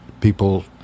people